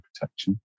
protection